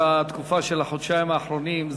בתקופה של החודשיים האחרונים,